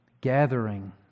gathering